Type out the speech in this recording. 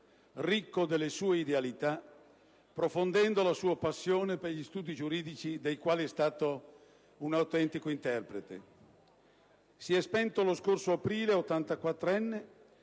ricco delle sue idealità, profondendo la sua passione per gli studi giuridici dei quali è stato un autentico interprete. Si è spento lo scorso aprile,